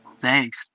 Thanks